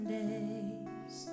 days